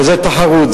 וזה תחרות,